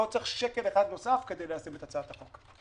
לא צריך שקל אחד נוסף כדי ליישם את הצעת החוק.